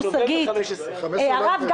נובמבר 2015. הרב גפני,